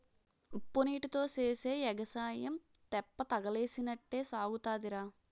ఉప్పునీటీతో సేసే ఎగసాయం తెప్పతగలేసినట్టే సాగుతాదిరా